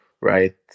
right